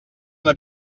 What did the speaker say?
una